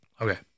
okay